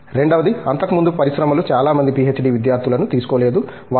రెండవది అంతకుముందు పరిశ్రమలు చాలా మంది పీహెచ్డీ విద్యార్థులను తీసుకోలేదు వారు బి